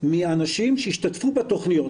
מאנשים שהשתתפו בתכניות.